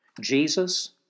Jesus